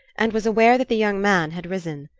and was aware that the young man had risen.